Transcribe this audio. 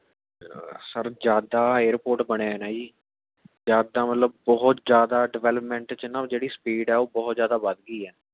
sir ਜਦੋਂ ਦਾ airport ਬਣਿਆ ਹੈ ਨਾ ਜੀ ਜਦੋਂ ਦਾ ਮਤਲਬ ਬਹੁਤ ਜ਼ਿਆਦਾ ਡਿਵੈਲਪਮੈਂਟ 'ਚ ਨਾ ਉਹ ਜਿਹੜੀ ਸਪੀਡ ਹੈ ਉਹ ਬਹੁਤ ਜ਼ਿਆਦਾ ਵੱਧ ਗਈ ਹੈ